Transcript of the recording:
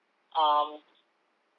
um